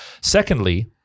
Secondly